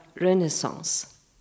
Renaissance